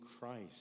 Christ